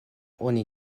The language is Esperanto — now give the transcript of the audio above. oni